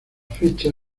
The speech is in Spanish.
fecha